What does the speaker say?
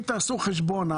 אם תעשו את החשבון,